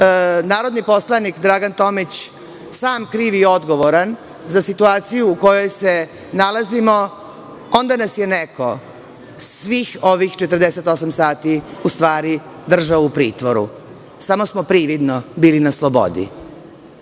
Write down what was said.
narodni poslanik Dragan Tomić sam kriv i odgovoran za situaciju u kojoj se nalazimo, onda nas je neko, svih ovih 48 sati, u stvari držao u pritvoru. Samo smo prividno bili na slobodi. Nema